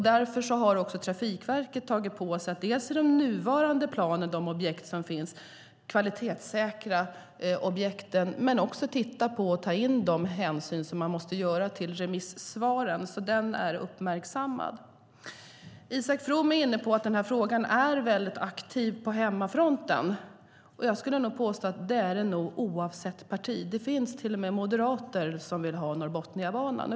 Därför har Trafikverket tagit på sig att kvalitetssäkra de objekt som finns i den nuvarande planen men också ta den hänsyn som måste tas till remissvaren. Detta är alltså uppmärksammat. Isak From är inne på att denna fråga är mycket aktiv på hemmafronten. Jag vill påstå att den nog är det oavsett parti. Det finns till och med moderater som vill ha Norrbotniabanan.